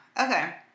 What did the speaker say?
Okay